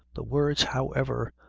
the words, however,